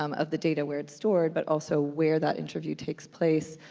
um of the data where it's stored, but also where that interview takes place.